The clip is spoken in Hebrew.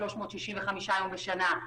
365 יום בשנה,